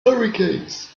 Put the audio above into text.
hurricanes